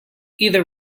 either